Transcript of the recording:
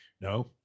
No